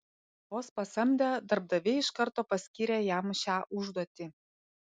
vos pasamdę darbdaviai iš karto paskyrė jam šią užduotį